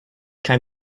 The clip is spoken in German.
kein